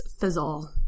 Fizzle